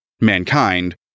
mankind